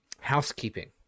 Housekeeping